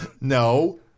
No